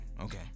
Okay